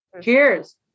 Cheers